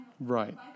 Right